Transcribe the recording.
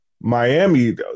Miami